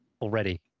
already